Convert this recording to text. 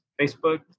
Facebook